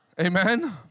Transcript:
Amen